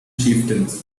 chieftains